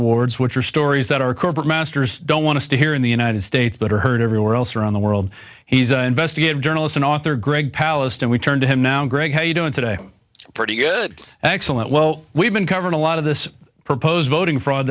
awards which are stories that our corporate masters don't want to stay here in the united states but are heard everywhere else around the world he's an investigative journalist and author greg palast and we turn to him now greg how you doing today pretty good excellent well we've been covering a lot of this proposed voting fraud